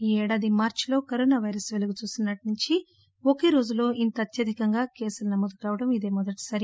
ఈ ఏడాది మార్చిలో కరోనా పైరస్ పెలుగు చూసిన నాటి నుంచి ఒకే రోజులో ఇంత అత్యధికంగా కేసులు నమోదు కావడం ఇదే మొదటిసారి